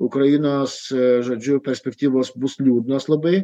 ukrainos žodžiu perspektyvos bus liūdnos labai